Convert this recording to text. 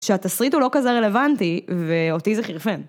שהתסריט הוא לא כזה רלוונטי ואותי זה חרפן.